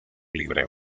libre